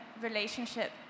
relationship